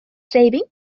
saving